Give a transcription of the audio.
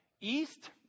east